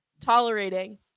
tolerating